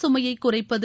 சுமையை குறைப்பது